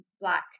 Black